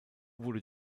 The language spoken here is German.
wurde